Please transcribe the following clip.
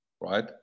right